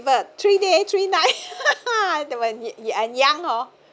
river three day three night when you are young [ho]